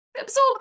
Absorb